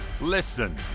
Listen